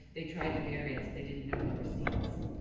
they tried to bury us, they didn't know we were seeds.